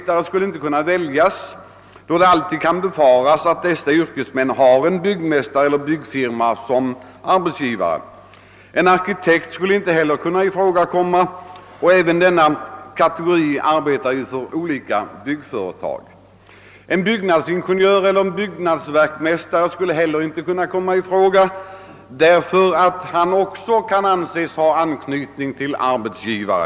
Han skulle inte kunna väljas, eftersom det alltid kan befaras att sådana yrkesmän har en byggmästare eller en byggfirma som arbetsgivare. Inte heller en byggnadsingenjör, en byggnadsverkmästare eller en arkitekt skulle kunna komma i fråga, ty även de arbetar i regel för olika byggnadsföretag eller kan anses ha anknytning till sådana arbetsgivare.